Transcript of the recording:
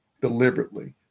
deliberately